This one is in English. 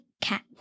cat